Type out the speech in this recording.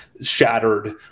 shattered